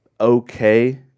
okay